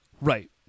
Right